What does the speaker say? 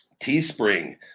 Teespring